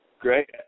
Great